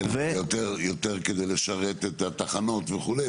כן, יותר כדי לשרת את התחנות וכו'.